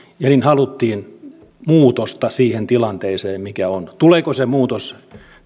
ja niin haluttiin muutosta siihen tilanteeseen mikä on tuleeko se muutos